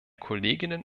kolleginnen